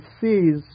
sees